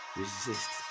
resist